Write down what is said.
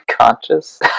conscious